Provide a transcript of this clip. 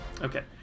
Okay